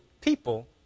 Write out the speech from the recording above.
people